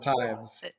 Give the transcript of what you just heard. times